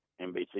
NBC